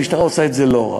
המשטרה עושה את זה לא רע.